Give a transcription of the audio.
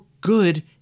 good